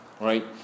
Right